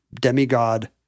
demigod